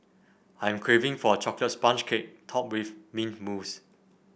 I am craving for a chocolate sponge cake topped with mint mousse